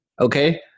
okay